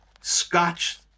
scotch